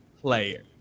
player